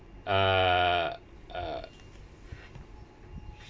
uh uh